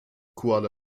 kuala